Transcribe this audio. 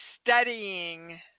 studying